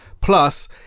Plus